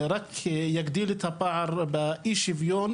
רק יגדיל את הפער באי שוויון